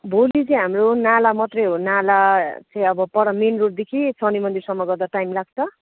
भोलि चाहिँ हाम्रो नाला मात्रै हो नाला चाहिँ अब पर मेन रोडदेखि शनि मन्दिरसम्म गर्दा टाइम लाग्छ